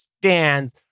stands